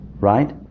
right